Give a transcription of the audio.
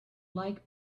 like